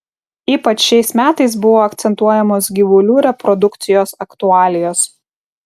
ypač šiais metais buvo akcentuojamos gyvulių reprodukcijos aktualijos